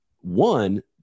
one